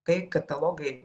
kai katalogai